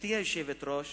גברתי היושבת-ראש,